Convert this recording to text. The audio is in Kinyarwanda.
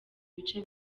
bice